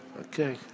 Okay